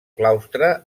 claustre